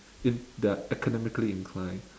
in their academically inclined